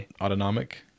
autonomic